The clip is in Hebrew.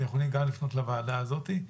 יכולים גם לפנות לוועדה הזאת.